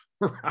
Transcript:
right